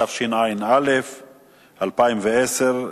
התשע"א 2010,